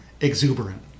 exuberant